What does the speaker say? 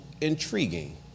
intriguing